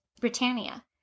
Britannia